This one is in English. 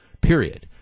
period